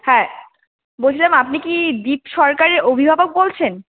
হ্যাঁ বলছিলাম আপনি কি দীপ সরকারের অভিভাবক বলছেন